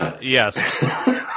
Yes